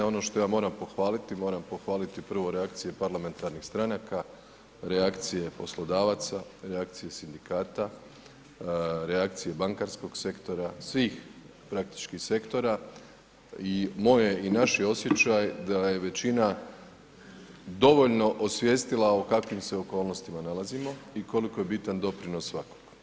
Ono što ja moram pohvaliti, moram pohvaliti prvo reakcije parlamentarnih stranaka, reakcije poslodavaca, reakcije sindikata, reakcije bankarskog sektora, svih praktički sektora i moj je i naš je osjećaj da je većina dovoljno osvijestila u kakvim se okolnostima nalazimo i koliko je bitan doprinos svakoga.